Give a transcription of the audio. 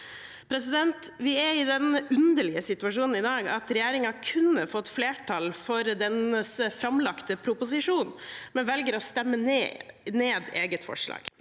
Vi er i den underlige situasjonen i dag at regjeringen kunne fått flertall for sin framlagte proposisjon, men velger å stemme ned sitt eget forslag.